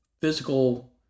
physical